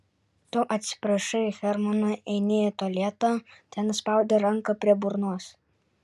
tu atsiprašai hermano eini į tualetą ten spaudi ranką prie burnos